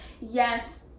Yes